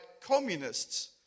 communists